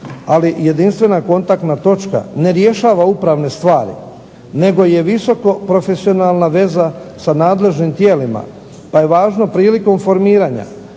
i jedinstvena kontaktna točka ne rješava upravne stvari nego je visoko profesionalna veza sa nadležnim tijelima pa je važno prilikom formiranja